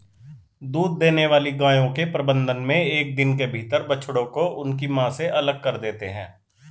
दूध देने वाली गायों के प्रबंधन मे एक दिन के भीतर बछड़ों को उनकी मां से अलग कर देते हैं